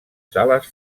sales